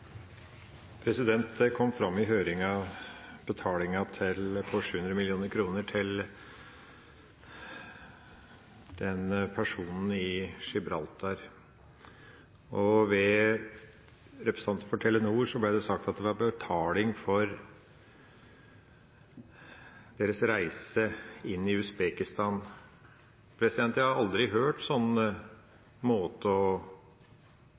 Det kom fram i høringa, dette med betalinga på 700 mill. kr til denne personen i Gibraltar, og ved representanten fra Telenor ble det sagt at det var betaling for deres reise inn i Usbekistan. Jeg har aldri hørt en sånn måte å